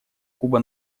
куба